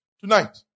Tonight